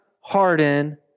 harden